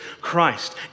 Christ